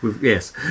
Yes